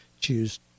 choose